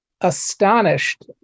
astonished